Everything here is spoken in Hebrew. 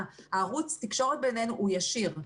ערוץ התקשורת בינינו הוא ישיר.